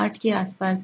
8 के आसपास